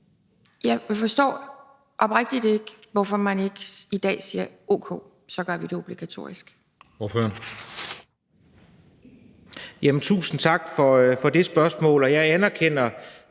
Jeg forstår oprigtigt ikke, hvorfor man ikke i dag siger, o.k., at så gør vi det obligatorisk.